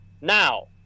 now